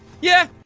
yeah.